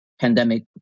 pandemic